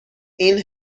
این